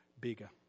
bigger